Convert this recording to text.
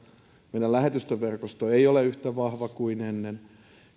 meidän lähetystöverkostomme ei ole yhtä vahva kuin ennen